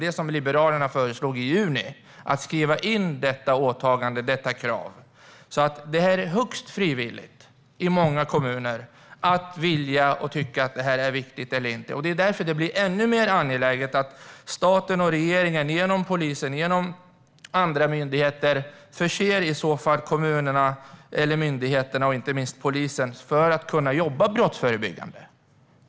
Liberalerna föreslog i juni att åtagandet - kravet - skulle skrivas in. Det är högst frivilligt i många kommuner att vilja och tycka att detta arbete är viktigt. Det är därför det blir än mer angeläget att staten och regeringen genom polisen och andra myndigheter stöder kommunerna eller myndigheterna - inte minst polisen - så att de kan jobba brottsförebyggande.